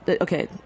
Okay